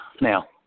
Now